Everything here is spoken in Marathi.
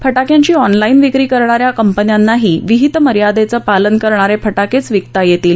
फटाक्यांची ऑनलाईन विक्री करणा या कंपन्यांनाही विहीत मर्यादेचं पालन करणारे फटाकेच विकता येतील